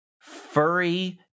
furry